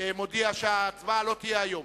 מודיע שההצבעה לא תהיה היום.